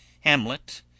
Hamlet